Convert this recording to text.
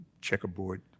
checkerboard